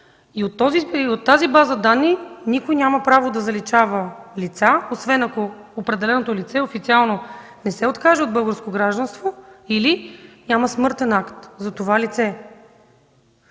От тази база данни никой няма право да заличава лица, освен ако определеното лице официално не се откаже от българско гражданство или няма смъртен акт за него.